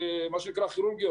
מסכות כירורגיות,